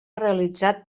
realitzat